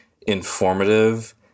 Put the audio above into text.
informative